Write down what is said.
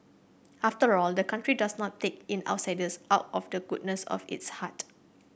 after all the country does not take in outsiders out of the goodness of its heart